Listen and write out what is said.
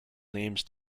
names